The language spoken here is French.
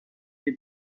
est